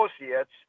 associates